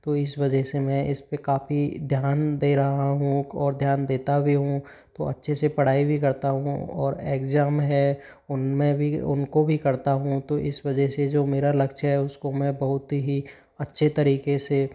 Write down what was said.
तो इस वजह से मैं इस पर काफ़ी ध्यान दे रहा हूँ और ध्यान देता भी हूँ तो अच्छे से पढ़ाई भी करता हूँ और एग्जाम हैं उन में भी उन को भी करता हूँ तो इस वजह से जो मेरा लक्ष्य है उस को मैं बहुत ही अच्छे तरीक़े से